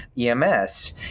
EMS